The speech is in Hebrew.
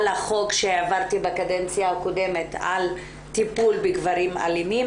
החוק שהעברתי בקדנציה הקודמת על טיפול בגברים אלימים,